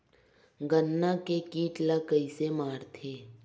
गन्ना के कीट ला कइसे मारथे?